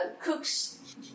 cooks